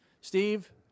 Steve